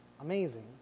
amazing